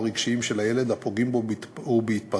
הרגשיים של הילד הפוגעים בו ובהתפתחותו.